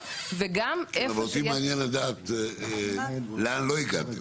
וגם איפה -- אבל אותי מעניין לדעת לאן לא הגעתם,